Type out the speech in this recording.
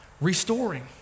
Restoring